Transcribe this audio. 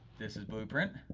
this is blueprint.